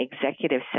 executive